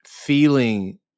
Feeling